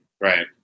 Right